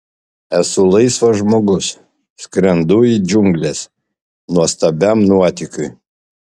esu laisvas žmogus skrendu į džiungles nuostabiam nuotykiui